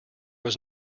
was